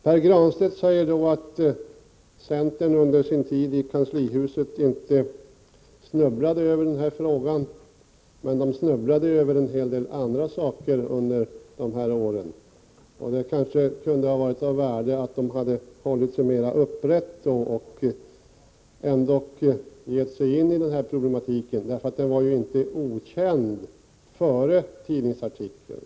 Pär Granstedt säger att centern under sin tid i kanslihuset inte snubblade över den här frågan. Men centern snubblade över en hel del andra saker Prot. 1988/89:30 under de här åren. Det hade kanske varit av värde om centern hållit sig mera 23 november 1988 upprätt och ändå gett sig in i den här problematiken. Den var ju inte okänd GG före tidningsartikeln.